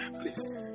Please